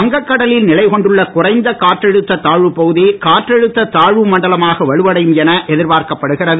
வங்க கடலில் நிலை கொண்டுள்ள குறைந்த காற்றழுத்த தாழ்வுப் பகுதி காற்றழுத்த தாழ்வு மண்டலமாக வலுவடையும் என எதிர்பார்க்கப்படுகிறது